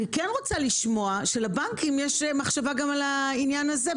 אני רוצה לשמוע שלבנקים יש מחשבה גם בעניין הזה.